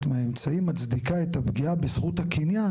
מהאמצעים מצדיקה את הפגיעה בזכות הקניין",